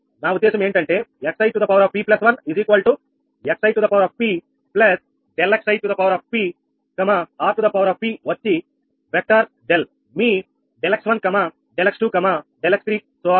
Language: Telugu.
నా ఉద్దేశ్యం ఏంటంటే xiP1 xi ∆xi 𝑅 వచ్చి వెక్టర్ డెల్ మీ ∆𝑥1 ∆𝑥2∆𝑥3